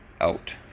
out